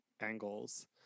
angles